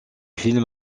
film